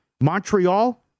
Montreal